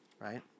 right